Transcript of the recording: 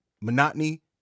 monotony